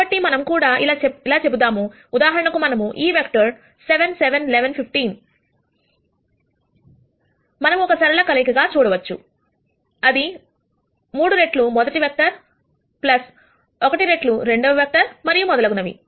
కాబట్టి మనం కూడా ఇలా చెబుదాం ఉదాహరణకు మనము ఈ వెక్టర్ 7 7 11 15 మనం ఒక సరళ కలయిక గా చూడవచ్చు అది 3 రెట్లు మొదటి వెక్టర్ 1 రెట్లు రెండవ వెక్టర్ మరియు మొదలగునవి